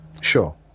Sure